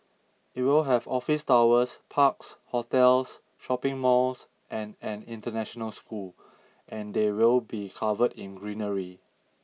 it will have office towers parks hotels shopping malls and an international school and they will be covered in greenery